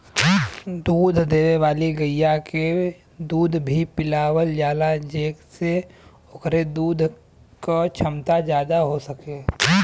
दूध देवे वाली गइया के दूध भी पिलावल जाला जेसे ओकरे दूध क छमता जादा हो सके